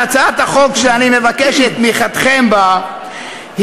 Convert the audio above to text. הצעת החוק שאני מבקש את תמיכתכם בה היא